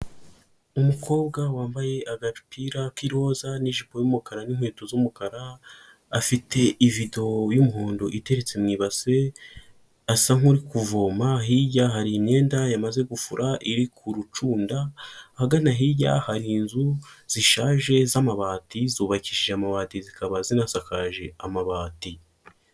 Umukobwa wambaye agapira k'iroza n'ijipo y'umukara n'inkweto z'umukara afite ibindo y'umuhondo iteretse mu ibase asa nk'uri kuvoma hirya hari imyenda yamaze gukura iri gucunda ahagana hirya hari inzu zishaje z'amabati zubakishije amabati, zikaba zisakaje amabati.